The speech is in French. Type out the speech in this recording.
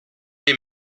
les